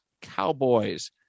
Cowboys